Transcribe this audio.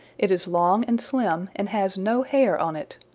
it is long and slim and has no hair on it.